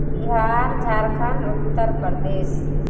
Bihar Jharkhand Uttar Pradesh